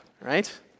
right